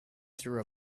through